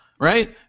right